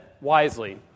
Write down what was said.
wisely